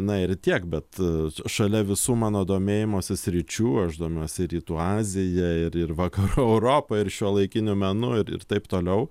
na ir tiek bet šalia visų mano domėjimosi sričių aš domiuosi ir rytų azija ir ir vakarų europa ir šiuolaikiniu menu ir taip toliau